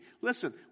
Listen